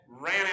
ran